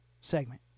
segment